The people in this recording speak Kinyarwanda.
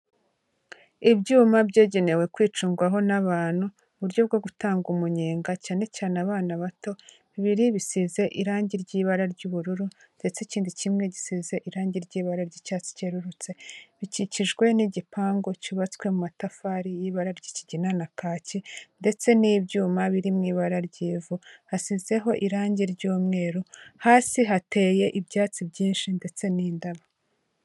Ibyuma byagenewe kwicungwaho n'abantu buryo bwo gutanga umunyenga cyane cyane abana bato. Bibiri bisize irangi ry'ibara ry'ubururu, ndetse ikindi kimwe gisize irangi ry'ibara ry'icyatsi cyerurutse. Bikikijwe n'igipangu cyubatswe mu matafari y'ibara ry'ikigina na kaki, ndetse n'ibyuma biri mu ibara ry'ivu. Hasizeho irangi ry'umweru, hasi hateye ibyatsi byinshi ndetse n'indabo.